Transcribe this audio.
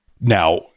Now